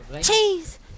Cheese